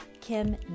Kim